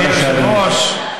אדוני היושב-ראש,